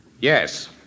Yes